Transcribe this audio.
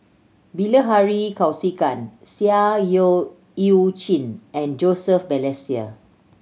Bilahari Kausikan Seah Yu Eu Chin and Joseph Balestier